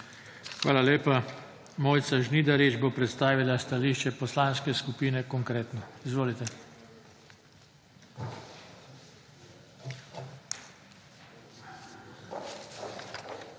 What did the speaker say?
Hvala lepa. Monika Gregorčič bo predstavila stališče Poslanske skupine Konkretno. Izvolite. MONIKA